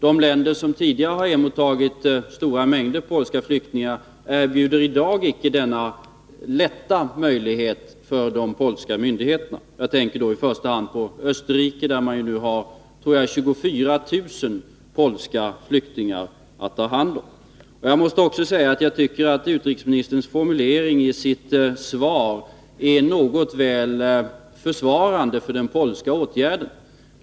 De länder som tidigare har emottagit stora mängder polska flyktingar erbjuder i dag icke denna möjlighet för de polska myndigheterna. Jag tänker i första hand på Österrike, där man nu har ca 24 000 polska flyktingar att ta hand om. Jag måste säga att jag tycker att utrikesministerns formulering i svaret uttrycker väl mycket försvar för den polska åtgärden.